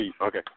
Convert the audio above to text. Okay